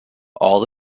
all